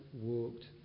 walked